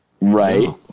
Right